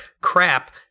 crap